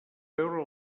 veure